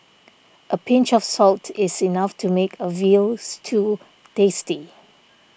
a pinch of salt is enough to make a Veal Stew tasty